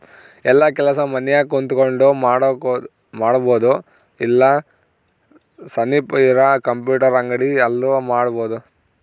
ಯೆಲ್ಲ ಕೆಲಸ ಮನ್ಯಾಗ ಕುಂತಕೊಂಡ್ ಮಾಡಬೊದು ಇಲ್ಲ ಸನಿಪ್ ಇರ ಕಂಪ್ಯೂಟರ್ ಅಂಗಡಿ ಅಲ್ಲು ಮಾಡ್ಬೋದು